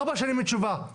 ארבע שנים לתשובה.